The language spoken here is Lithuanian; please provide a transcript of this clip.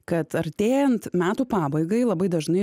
kad artėjant metų pabaigai labai dažnai